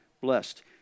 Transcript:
blessed